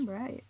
Right